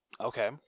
Okay